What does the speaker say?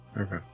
Okay